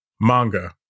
Manga